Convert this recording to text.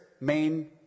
main